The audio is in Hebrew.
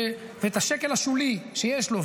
ואת השקל השולי שיש לו,